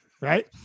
Right